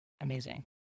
Amazing